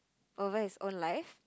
over his own life